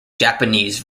japanese